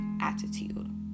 attitude